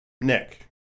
Nick